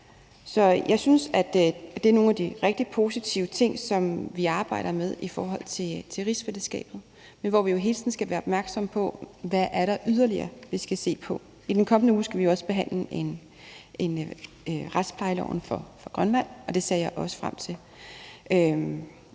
Færøerne. Det er nogle af de rigtig positive ting, som vi arbejder med i forhold til rigsfællesskabet. Men vi skal jo hele tiden være opmærksomme på, hvad vi yderligere skal se på. I den kommende uge skal vi også behandle et lovforslag om retsplejelov for Grønland, og det ser jeg også frem til.